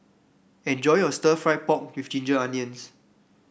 enjoy your stir fry pork with Ginger Onions